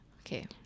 Okay